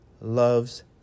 loves